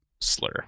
slur